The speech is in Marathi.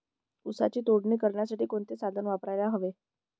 ऊसाची तोडणी करण्यासाठी कोणते साधन वापरायला हवे?